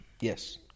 Yes